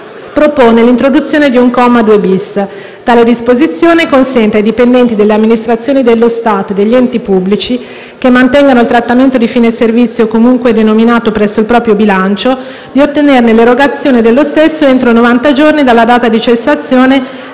propone l'introduzione di un comma 2-*bis*. Tale disposizione consente ai dipendenti delle amministrazioni dello Stato e degli enti pubblici che mantengano il trattamento di fine servizio, comunque denominato presso il proprio bilancio, di ottenere l'erogazione dello stesso entro novanta giorni dalla data di cessazione